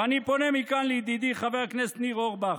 ואני פונה מכאן לידידי חבר הכנסת ניר אורבך: